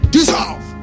Dissolve